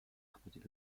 répondit